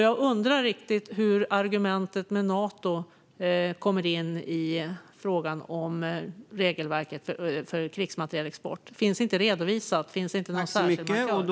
Jag undrar därför hur argumentet med Nato kommer in i frågan om regelverket för krigsmaterielexport. Det finns inte redovisat, och det finns inte något särskilt material.